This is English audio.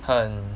很